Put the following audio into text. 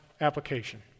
application